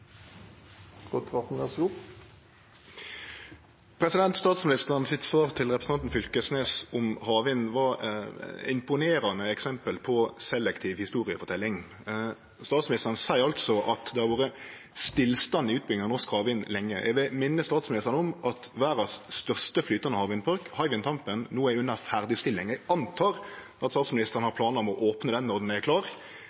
statsministeren til representanten Fylkesnes om havvind var eit imponerande eksempel på selektiv historieforteljing. Statsministeren seier altså at det har vore stillstand i utbygginga av norsk havvind lenge. Eg vil minne statsministeren om at verdas største flytande havvindpark, Hywind Tampen, no er under ferdigstilling. Eg antek at statsministeren har